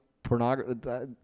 pornography